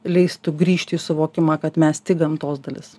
leistų grįžti į suvokimą kad mes tik gamtos dalis